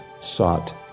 sought